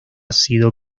sido